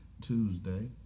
tuesday